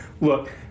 Look